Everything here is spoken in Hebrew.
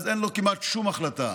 אז אין לו כמעט שום החלטה.